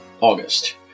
August